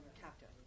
captive